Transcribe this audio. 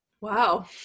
Wow